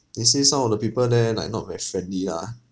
they say some of the people there like not very friendly lah